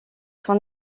son